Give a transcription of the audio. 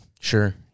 Sure